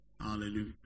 Hallelujah